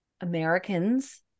Americans